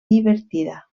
divertida